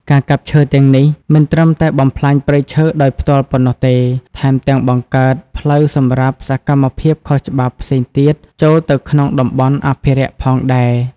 ការកាប់ឈើទាំងនេះមិនត្រឹមតែបំផ្លាញព្រៃឈើដោយផ្ទាល់ប៉ុណ្ណោះទេ ថែមទាំងបង្កើតផ្លូវសម្រាប់សកម្មភាពខុសច្បាប់ផ្សេងទៀតចូលទៅក្នុងតំបន់អភិរក្សផងដែរ។